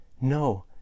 No